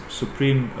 supreme